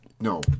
no